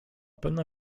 pewno